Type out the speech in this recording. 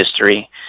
history